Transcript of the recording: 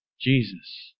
Jesus